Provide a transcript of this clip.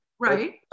Right